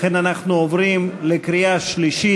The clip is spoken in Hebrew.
לכן אנחנו עוברים לקריאה שלישית.